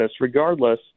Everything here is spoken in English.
Regardless